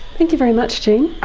thank you very much gene.